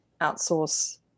outsource